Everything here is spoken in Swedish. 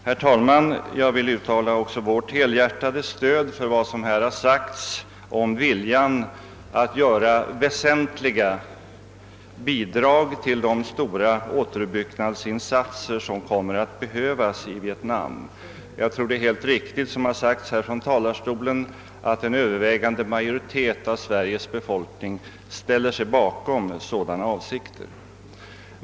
Herr talman! Jag vill uttala också vårt helhjärtade instämmande i vad som här har sagts om viljan att åstadkomma väsentliga bidrag till de stora återuppbyggnadsinsatser som kommer att behövas i Vietnam. Jag tror att det är helt riktigt som har sagts från denna talarstol i dag att en överväldigande majoritet av Sveriges befolkning ställer sig bakom sådana avsikter.